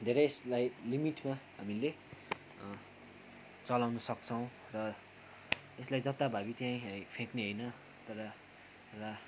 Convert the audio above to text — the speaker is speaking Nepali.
धेरै यसलाई लिमिटमा हामीले चलाउन सक्छौँ र यसलाई जथाभावी त्यहीँ फ्याँक्ने होइन तर र